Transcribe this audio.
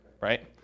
right